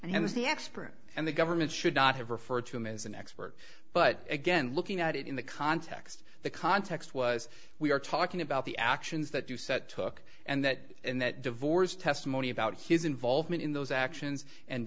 as the expert and the government should not have referred to him as an expert but again looking at it in the context the context was we are talking about the actions that you said took and that and that divorce testimony about his involvement in those actions and